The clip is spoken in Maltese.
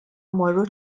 mmorru